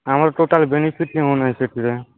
ଆମର total benefit ହେଉନାହିଁ ସେଥିରେ